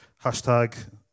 hashtag